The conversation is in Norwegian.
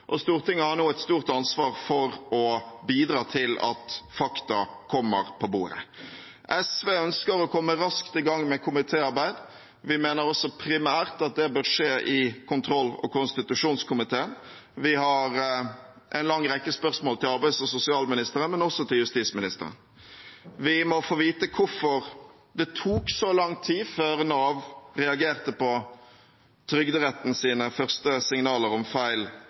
og Stortinget har nå et stort ansvar for å bidra til at fakta kommer på bordet. SV ønsker å komme raskt i gang med komitéarbeidet. Vi mener også primært at det bør skje i kontroll- og konstitusjonskomiteen. Vi har en lang rekke spørsmål til arbeids- og sosialministeren, men også til justisministeren. Vi må få vite hvorfor det tok så lang tid før Nav reagerte på Trygderettens første signaler om feil